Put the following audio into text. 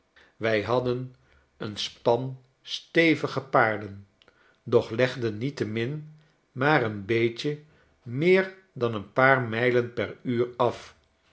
wij hadden een span stevige paarden doch legden niettemin maar een beetje meer dan een paar mijlen per uur af